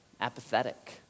apathetic